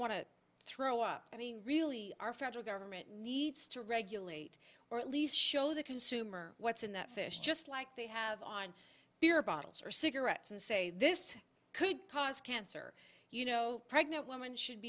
want to throw up i mean really our federal government needs to regulate or at least show the consumer what's in that fish just like they have on beer bottles or cigarettes and say this could cause cancer you know pregnant women should